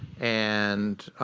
and